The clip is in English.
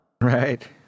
right